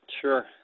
Sure